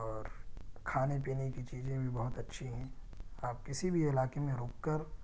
اور کھانے پینے کی چیزیں بھی بہت اچھی ہیں آپ کسی بھی علاقے میں رک کر